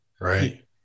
right